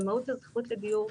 למהות הזכות לדיור,